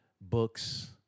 books